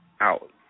out